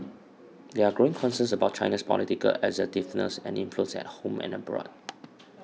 there are growing concerns about China's political assertiveness and influence at home and abroad